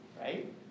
right